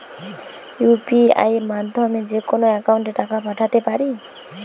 UPI মাধ্যমে যেকোনো একাউন্টে টাকা পাঠাতে পারি?